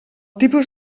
tipus